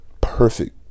perfect